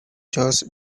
just